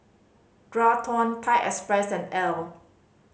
Thai Express Elle